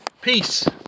peace